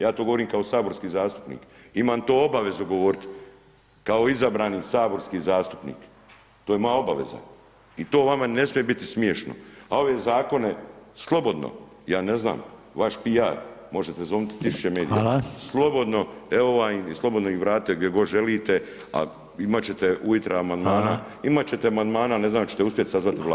Ja to govorim kao saborski zastupnik, imam to obavezu govoriti kao izabrani saborski zastupnik, to je moja obaveza i to vama ne smije biti smiješno, a ove Zakone, slobodno, ja ne znam, vaš piar, možete zovnuti 1000 medija [[Upadica: Hvala]] Slobodno, evo vam ih, slobodno ih vratite gdje god želite, a imati ćete ujutra Amandmana [[Upadica: Hvala]] imati ćete Amandmana, ne znam hoćete li uspjeli sazvati Vladu.